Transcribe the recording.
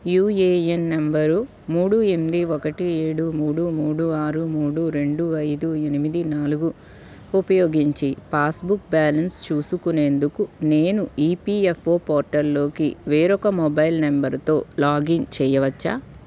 UAN number మూడు ఎంది ఒకటి ఏడు మూడు మూడు ఆరు మూడు రెండు ఐదు ఎనిమిది నాలుగు ఉపయోగించి పాస్బుక్ బ్యాలన్స్ చూసుకునేందుకు నేను ఈపీఎఫ్ఓ పోర్టల్లోకి వేరొక మొబైల్ నెంబరుతో లాగిన్ చెయ్యవచ్చా